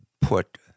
put